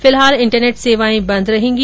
फिलहाल इंटरनेट सेवाए बंद रहेगी